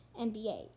NBA